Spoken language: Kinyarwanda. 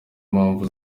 impamvu